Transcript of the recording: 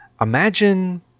Imagine